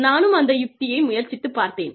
நானும் அந்த யுக்தியை முயற்சித்து பார்த்தேன்